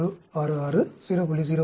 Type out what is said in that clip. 0166 0